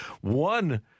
One